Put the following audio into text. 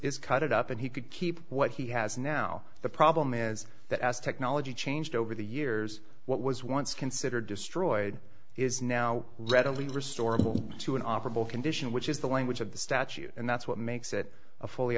cut it up and he could keep what he has now the problem is that as technology changed over the years what was once considered destroyed is now readily restorable to an operable condition which is the language of the statute and that's what makes it a fully